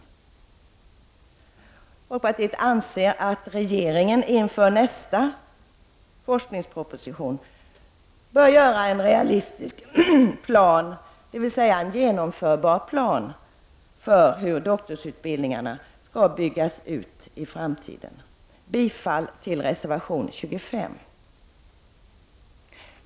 Folkpartiet anser att regeringen inför nästa forskningsproposition bör göra en realistisk plan, dvs. en genomförbar plan för hur doktorandutbildningen skall byggas ut i framtiden. Jag yrkar bifall till reservation 25.